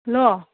hello